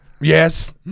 yes